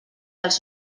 dels